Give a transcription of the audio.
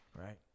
Right